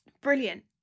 Brilliant